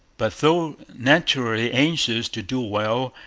but, though naturally anxious to do well,